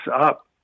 up